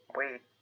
wait